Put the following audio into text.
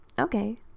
Okay